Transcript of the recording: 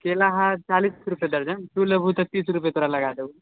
केला हए चालीस रुपए दर्जन तू लेभू तऽ तीस रुपए तोरा लगा देबहू